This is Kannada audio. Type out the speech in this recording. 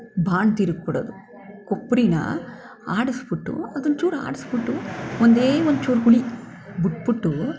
ಬಾಣ್ತೀರಿಗೆ ಕೊಡೋದು ಕೊಬ್ಬರಿನ ಆಡಸ್ಬಿಟ್ಟು ಅದನ್ನ ಚೂರು ಆಡಿಸ್ಬಿಟ್ಟು ಒಂದೇ ಒಂಚೂರು ಹುಳಿ ಬಿಟ್ಬಿಟ್ಟು